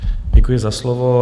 Děkuji za slovo.